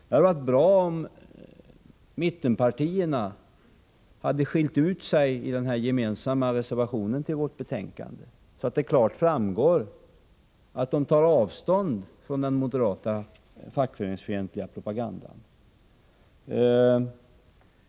Det hade varit bra om mittenpartierna hade skilt ut sig i den gemensamma reservationen till näringsutskottets betänkande, så att det klart hade framgått att de tar avstånd från den moderata fackföreningsfientliga propagandan.